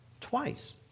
twice